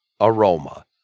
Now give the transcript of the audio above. aroma